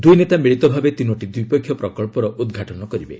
ଦୁଇନେତା ମିଳିତ ଭାବେ ତିନୋଟି ଦ୍ୱିପକ୍ଷୀୟ ପ୍ରକଳ୍ପର ଉଦ୍ଘାଟନ କରିବେ